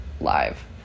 live